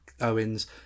Owens